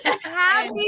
Happy